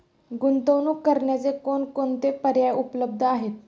गुंतवणूक करण्याचे कोणकोणते पर्याय उपलब्ध आहेत?